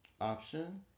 option